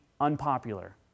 unpopular